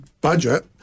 budget